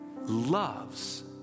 loves